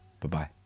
Bye-bye